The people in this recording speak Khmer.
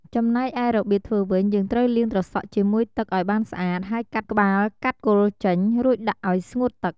ចំណែកឯរបៀបធ្វេីវិញ យេីងត្រូវលាងត្រសក់ជាមួយទឹកឱ្យបានស្អាតហេីយកាត់ក្បាលកាត់គល់ចេញ រួចដាក់ឱ្យស្ងួតទឹក។